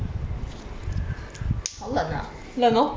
好冷啊 mm